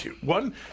one